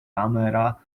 camera